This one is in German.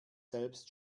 selbst